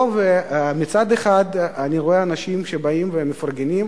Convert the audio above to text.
מצד אחד אני רואה אנשים שבאים ומפרגנים,